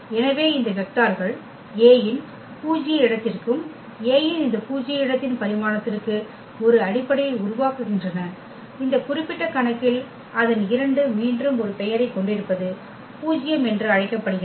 எனவே இந்த வெக்டார்கள் A இன் பூஜ்ய இடத்திற்கும் A இன் இந்த பூஜ்ய இடத்தின் பரிமாணத்திற்கு ஒரு அடிப்படையை உருவாக்குகின்றன இந்த குறிப்பிட்ட கணக்கில் அதன் 2 மீண்டும் ஒரு பெயரைக் கொண்டிருப்பது பூஜ்யம் என்று அழைக்கப்படுகிறது